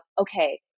okay